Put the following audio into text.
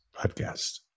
podcast